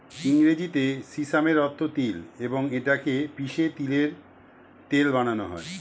ইংরেজিতে সিসামের অর্থ তিল এবং এটা কে পিষে তিলের তেল বানানো হয়